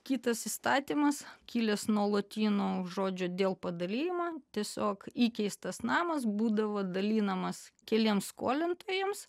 kitas įstatymas kilęs nuo lotynų žodžio dėl padalijimo tiesiog įkeistas namas būdavo dalinamas keliems skolintojams